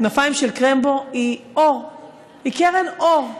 כנפיים של קרמבו היא קרן אור.